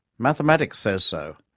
mathematics says so,